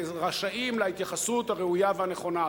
ורשאים להתייחסות הראויה והנכונה.